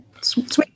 sweet